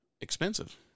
expensive